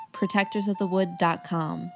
protectorsofthewood.com